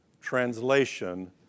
translation